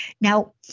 Now